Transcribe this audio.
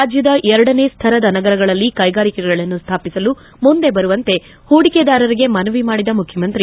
ರಾಜ್ಯದ ಎರಡನೇ ಸ್ಥರದ ನಗರಗಳಲ್ಲಿ ಕೈಗಾರಿಕೆಗಳನ್ನು ಸ್ಥಾಪಿಸಲು ಮುಂದೆ ಬರುವಂತೆ ಹೂಡಿಕೆದಾರರಿಗೆ ಮನವಿ ಮಾಡಿದ ಮುಖ್ಯಮಂತ್ರಿ